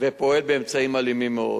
ופועל באמצעים אלימים מאוד.